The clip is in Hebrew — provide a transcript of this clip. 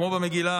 כמו במגילה,